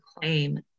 claim